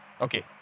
okay